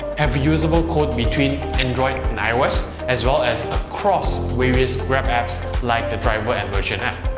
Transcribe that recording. have reusable code between android and ios as well as across various grab apps like the driver and merchant app.